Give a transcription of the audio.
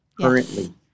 currently